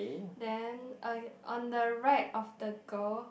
then uh on the right of the girl